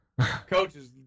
Coaches